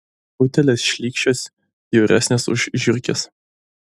utėlės šlykščios bjauresnės už žiurkes